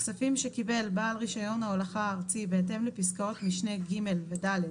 כספים שקיבל בעל רישיון ההולכה הארצי בהתאם לפסקאות משנה (ג) ו-(ד),